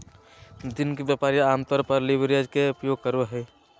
दिन के व्यापारी आमतौर पर लीवरेज के उपयोग करो हइ